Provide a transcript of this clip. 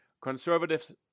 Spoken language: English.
conservatives